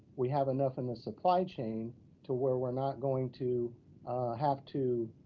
we have enough in the supply chain to where we're not going to have to